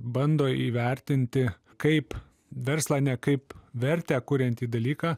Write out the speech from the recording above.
bando įvertinti kaip verslą ne kaip vertę kuriantį dalyką